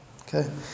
Okay